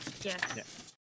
Yes